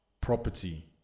property